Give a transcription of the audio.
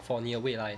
for 你的未来